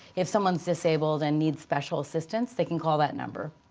if someone's disabled and needs special assistance, they can call that number.